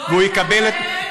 לא הייתה להם ארץ לאן לחזור,